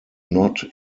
not